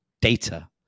data